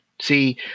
See